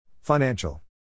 Financial